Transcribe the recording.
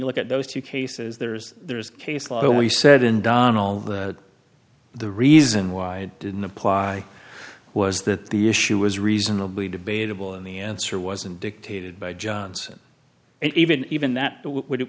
e look at those two cases there's there's case law we said in donal that the reason why it didn't apply was that the issue was reasonably debatable and the answer wasn't dictated by johnson and even even that would it